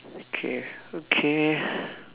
okay okay